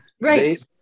Right